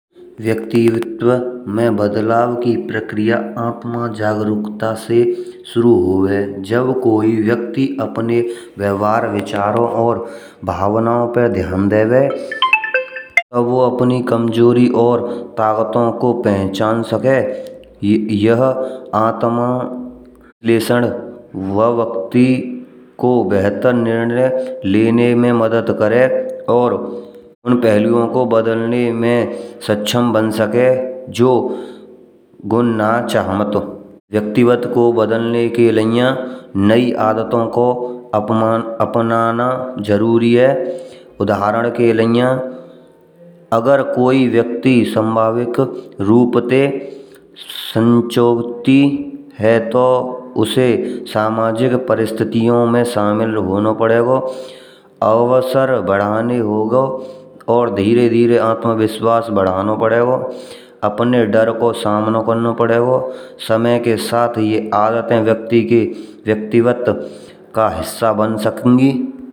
व्यक्तित्व मा बदलाव की प्रक्रिया आप मा जागरूकता से शुरू होवे। जब कोई व्यक्ति अपने व्यवहार, विचारो और भावनाओ पे ध्यान देवे वो अपनी कमजोरी और ताकतो को पहचान सके। यह आत्म लेशन वा व्यक्ति को निर्णय लेने मा मदद करे और उन पहलुओ को बदलने मा सक्षम बन सके जो गुण न चाहमतो। व्यक्तित्व को बदलने के लिया नई आदतो को अपनाना जरूरी है। उदाहरण के लिया अगर कोई व्यक्ति संभविक रूप ते संचोवती है तो उसे सामाजिक परिस्थितियो मा शामिल होना पड़ेगो, अवसर बढ़ाना होगा और धीरे धीरे आत्मविश्वास बढ़ाना पड़ेगो। अपने डर को सामना करना पड़ेगो समय के साथ ये आदते व्यक्ति के व्यक्तित्व का हिस्सा बन सकेंगी।